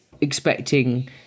expecting